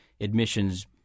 admissions